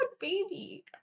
baby